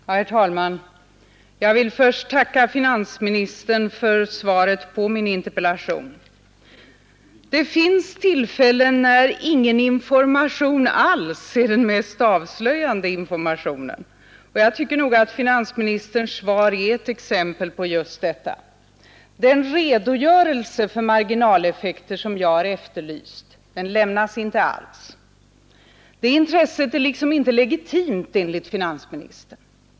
Herr talman! Jag vill först tacka finansministern för svaret på min interpellation. Det finns tillfällen när ingen information alls är den mest avslöjande informationen. Jag tycker nog att finansministerns svar är ett exempel på just detta. Den redogörelse för marginaleffekter som jag har efterlyst lämnas inte alls. Det intresset är liksom inte legitimt enligt finansministern.